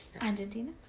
Argentina